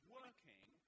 working